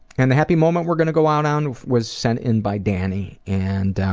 and the happy moment we're gonna go out on was sent in by danny, and